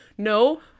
No